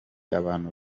abantu